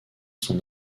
son